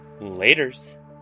Laters